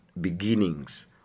beginnings